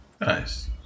Nice